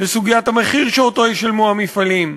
לסוגיית המחיר שישלמו המפעלים.